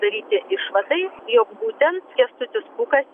daryti išvadai jog būtent kęstutis pūkas